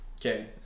okay